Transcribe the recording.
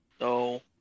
No